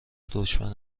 دشمن